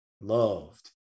loved